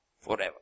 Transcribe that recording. Forever